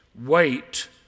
wait